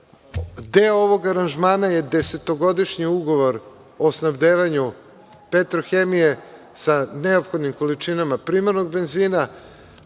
Deo ovog aranžmana je desetogodišnji ugovor o snabdevanju „Petrohemije“ sa neophodnim količinama primarnog benzina,